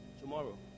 Tomorrow